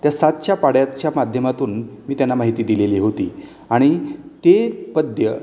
त्या सातच्या पाढ्याच्या माध्यमातून मी त्यांना माहिती दिलेली होती आणि ते पद्य